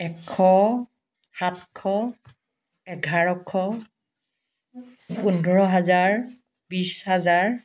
এশ সাতশ এঘাৰশ পোন্ধৰ হাজাৰ বিছ হাজাৰ